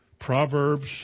Proverbs